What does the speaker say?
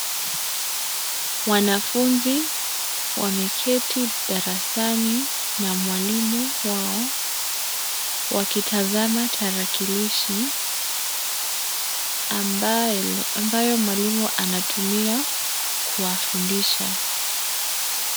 Wanafunzi wameketi darasani na mwalimu wao, wakitazama tarakilishi ambayo mwalimu anatumia kuwafundisha.